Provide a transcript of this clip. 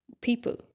people